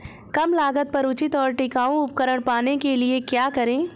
कम लागत पर उचित और टिकाऊ उपकरण पाने के लिए क्या करें?